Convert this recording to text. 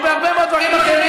או בהרבה מאוד דברים אחרים,